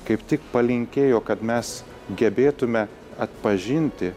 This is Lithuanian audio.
kaip tik palinkėjo kad mes gebėtume atpažinti